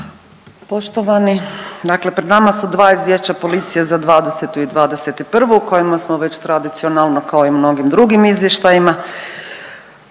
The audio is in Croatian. Poštovani dakle pred nama su dva izvješća policije za 2020. i 2021. o kojima smo već tradicionalno kao i u mnogim drugim izvještajima